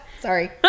sorry